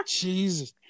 Jesus